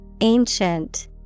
Ancient